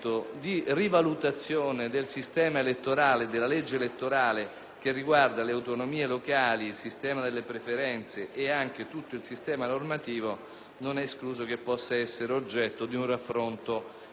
che riguarda le autonomie locali, il sistema delle preferenze e anche tutto il sistema normativo possa essere oggetto di un raffronto con il sistema elettorale europeo.